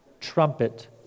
trumpet